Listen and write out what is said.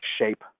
shape